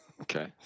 okay